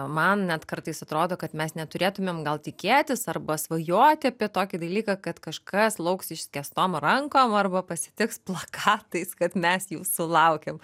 man net kartais atrodo kad mes neturėtumėm gal tikėtis arba svajoti apie tokį dalyką kad kažkas lauks išskėstom rankom arba pasitiks plakatais kad mes jūsų laukiam